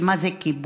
מה זה כיבוש,